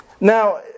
Now